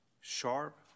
sharp